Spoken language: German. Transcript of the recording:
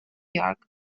york